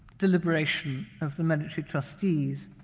deliberation of the medici trustees.